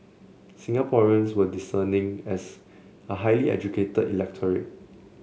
Singaporeans were discerning as a highly educated electorate